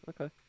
okay